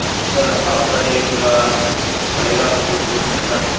ہاں تو سر آپ کا یہ پورا پڑے گا پورے فولڈر کے ساتھ